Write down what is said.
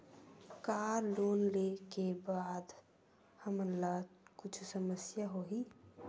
का लोन ले के बाद हमन ला कुछु समस्या होही?